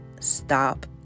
stop